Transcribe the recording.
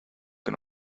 que